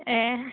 ए